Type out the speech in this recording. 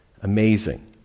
Amazing